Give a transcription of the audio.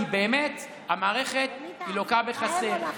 כי באמת המערכת לוקה בחסר.